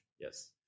Yes